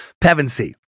Pevensey